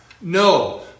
No